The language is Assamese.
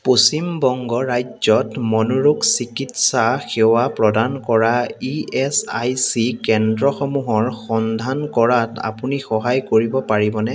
পশ্চিমবংগ ৰাজ্যত মনোৰোগ চিকিৎসা সেৱা প্ৰদান কৰা ই এচ আই চি কেন্দ্ৰসমূহৰ সন্ধান কৰাত আপুনি সহায় কৰিব পাৰিবনে